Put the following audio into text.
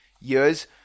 years